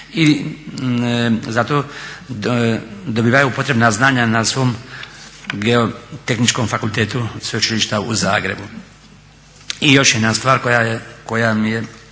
i za to dobivaju potrebna znanja na svom Geo-tehničkom fakultetu Sveučilišta u Zagrebu. I još jedna stvar koja mi je,